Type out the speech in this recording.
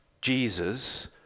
Jesus